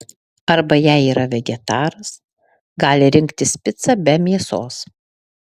arba jei yra vegetaras gali rinktis picą be mėsos